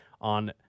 on